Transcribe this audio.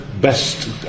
best